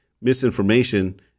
misinformation